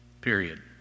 Period